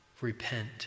repent